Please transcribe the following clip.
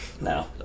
No